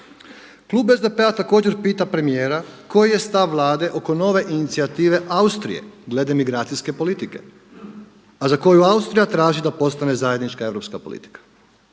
Klub SDP-a također pita premijera koji je stav Vlade oko nove inicijative Austrije glede migracijske politike a za koju Austrija traži da postane zajednička europska politika?